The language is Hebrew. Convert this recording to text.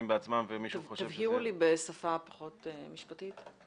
בעצמם ומישהו --- תסבירו לי בשפה פחות משפטית.